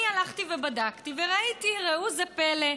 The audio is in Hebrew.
אני הלכתי ובדקתי וראיתי, ראו זה פלא: